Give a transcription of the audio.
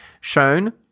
shown